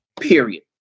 Period